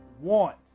want